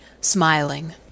Smiling